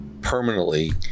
Permanently